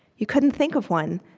you couldn't think of one,